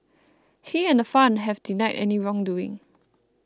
he and the fund have denied any wrongdoing